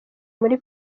muri